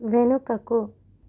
వెనుకకు